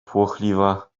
płochliwa